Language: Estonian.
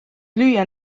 lüüa